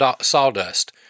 sawdust